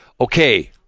Okay